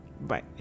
Bye